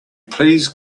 please